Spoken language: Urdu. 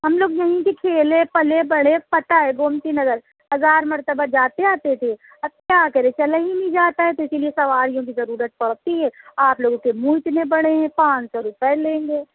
ہم لوگ یہیں پہ کھیلے پلے بڑھے پتہ ہے گومتی نگر ہزار مرتبہ جاتے آتے تھے اب کیا کریں چلا ہی نہیں جاتا ہے تو اِسی لیے سواریوں کی ضرورت پڑتی ہے آپ لوگوں کے مُنہ اتنے بڑے ہیں پانچ سو روپیے لیں گے